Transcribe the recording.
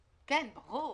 ברור.